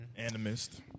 Animist